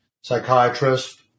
psychiatrist